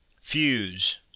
fuse